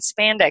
spandex